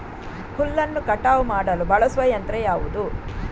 ಹುಲ್ಲನ್ನು ಕಟಾವು ಮಾಡಲು ಬಳಸುವ ಯಂತ್ರ ಯಾವುದು?